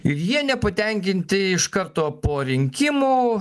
jie nepatenkinti iš karto po rinkimų